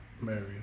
married